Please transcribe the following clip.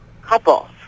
couples